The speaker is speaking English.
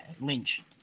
Lynch